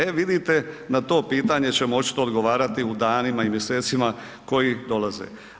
E vidite na to pitanje ćemo očito odgovarati u danima i mjesecima koji dolaze.